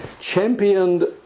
championed